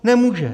Nemůže.